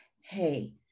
hey